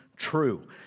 true